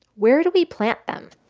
where do we plant them?